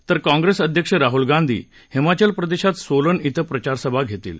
तर काँग्रेस अध्यक्ष राहूल गांधी हिमाचल प्रदेशात सोलन ि ंक प्रचारसभा घेतील